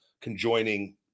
conjoining